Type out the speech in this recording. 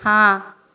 हाँ